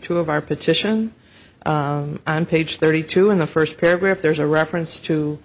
two of our petition page thirty two in the first paragraph there is a reference to